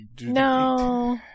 no